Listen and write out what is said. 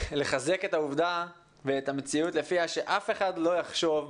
ולחזק את העובדה ואת המציאות לפיה אף אחד לא יחשוב,